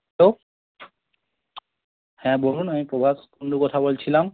hello হ্যাঁ বলুন আমি প্রভাস কুণ্ডু কথা বলছিলাম